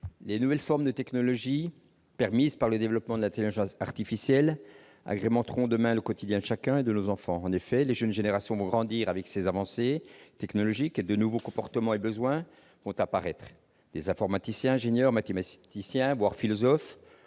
les nouvelles formes de technologies, permises par le développement de l'intelligence artificielle, agrémenteront demain le quotidien de chacun, en particulier celui de nos enfants. En effet, les jeunes générations vont grandir avec ces avancées technologiques et de nouveaux comportements et besoins vont apparaître. Des informaticiens, ingénieurs, mathématiciens, voire philosophes